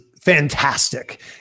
fantastic